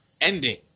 Ending